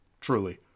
Truly